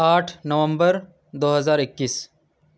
آٹھ نومبر دو ہزار اکیس